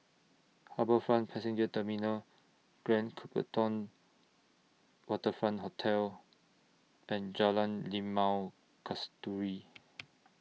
HarbourFront Passenger Terminal Grand Copthorne Waterfront Hotel and Jalan Limau Kasturi